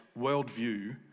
worldview